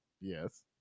Yes